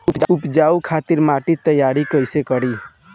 उपजाये खातिर माटी तैयारी कइसे करी?